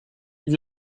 you